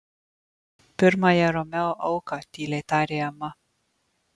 pirmąją romeo auką tyliai tarė ema